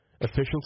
Officials